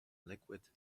liquid